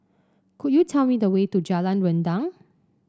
could you tell me the way to Jalan Rendang